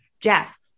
Jeff